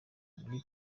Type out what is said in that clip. muri